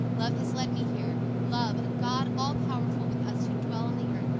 love has led me here, love, a god all powerful with us who dwell on the earth,